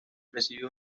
recibió